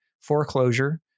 foreclosure